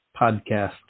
podcast